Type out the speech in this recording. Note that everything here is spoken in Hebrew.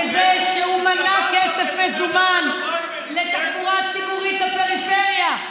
בזה שהוא מנע כסף מזומן לתחבורה הציבורית לפריפריה.